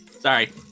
Sorry